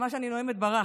שמע שאני נואמת, ברח.